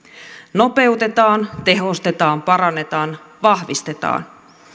nopeutetaan tehostetaan parannetaan vahvistetaan